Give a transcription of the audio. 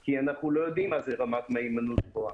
כי אנחנו לא יודעים מה זה רמת מהימנות גבוהה.